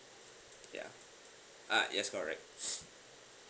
ya uh yes correct